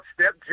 Step